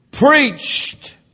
Preached